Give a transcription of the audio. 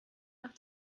nach